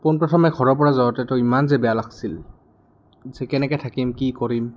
পোনপ্ৰথমে ঘৰৰপৰা যাওঁতেতো ইমান যে বেয়া লাগছিল যে কেনেকৈ থাকিম কি কৰিম